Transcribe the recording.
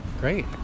Great